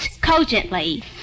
cogently